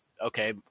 okay